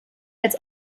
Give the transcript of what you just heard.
als